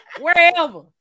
wherever